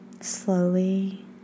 slowly